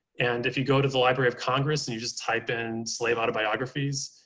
and if you go to the library of congress, and you just type in slave autobiographies,